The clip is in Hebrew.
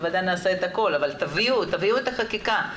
בוודאי נעשה את הכל אבל תביאו את החקיקה.